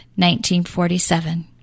1947